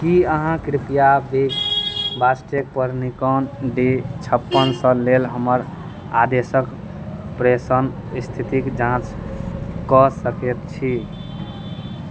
की अहाँ कृपया बिग बास्केटपर निकॉन डी छप्पन सए लेल हमर आदेशक प्रेषण स्थितिक जाँच कऽ सकैत छी